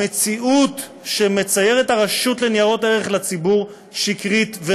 המציאות שהרשות לניירות ערך מציירת לציבור שקרית,